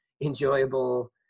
enjoyable